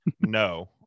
no